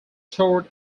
toured